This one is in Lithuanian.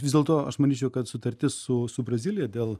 vis dėlto aš manyčiau kad sutartis su su brazilija dėl